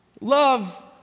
love